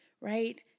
right